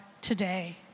today